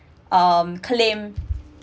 um claim